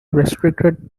restricted